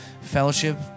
fellowship